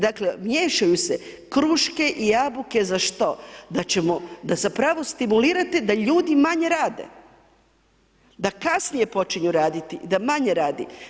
Dakle, miješaju se kruške i jabuke za što, da ćemo, da zapravo stimulirate da ljudi manje rade, da kasnije počinju raditi, da manje radi.